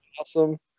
awesome